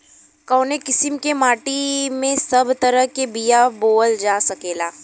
कवने किसीम के माटी में सब तरह के बिया बोवल जा सकेला?